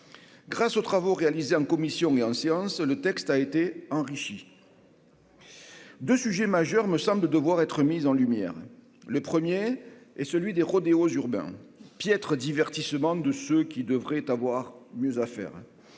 Grâce aux travaux réalisés en commission et en séance, le texte a été enrichi. 2 sujets majeurs me semble devoir être mis en lumière le 1er est celui des rodéos urbains piètre divertissements de ce qui devrait avoir mieux à faire